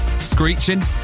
screeching